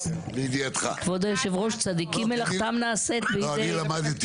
כבוד היושב-ראש, צדיקים מלאכתם נעשית בידי אחרים.